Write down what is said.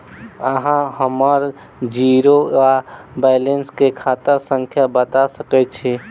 अहाँ हम्मर जीरो वा बैलेंस केँ खाता संख्या बता सकैत छी?